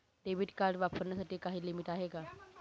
Debit card वापरण्यासाठी काही limit आहे का?